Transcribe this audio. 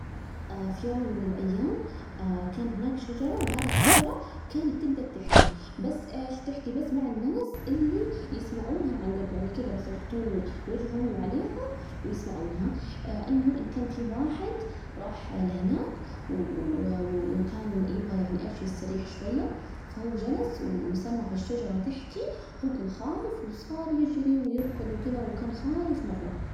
في يوم من الأيام كان هناك شجرة، وهذه الشجرة كانت تجدر تحكي، بس إيش تحكي بس مع الناس اللي يسمعونها عن جرب، يعني كذا بس يحطون وجههم عليها ويسمعونها، المهم إن كان في واحد راح لهناك، و و و وكان يبغى يعني إيش يستريح شوية، فهو جلس وسمع الشجرة تحكي، هو كان خايف وصار يجري ويركض كذا، وكان خايف مرة.